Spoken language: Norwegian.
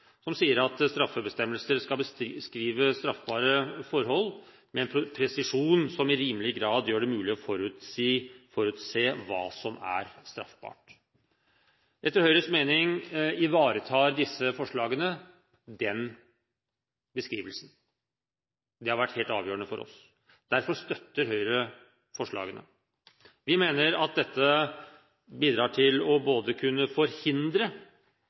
som sier at straffebestemmelser skal beskrive straffbare forhold med en presisjon som i rimelig grad gjør det mulig å forutse hva som er straffbart. Etter Høyres mening ivaretar disse forslagene den beskrivelsen. Det har vært helt avgjørende for oss. Derfor støtter Høyre forslagene. Vi mener at dette bidrar både til å kunne forhindre